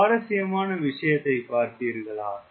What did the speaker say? சுவாரஸ்யமான விஷயத்தைப் பார்த்தீர்களா